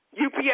UPS